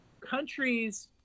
countries